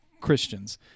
Christians